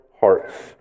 hearts